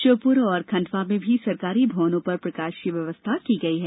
श्योपुर और खंडवा में भी सरकारी भवनों पर प्रकाश व्यवस्था की गई है